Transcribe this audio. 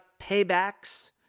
paybacks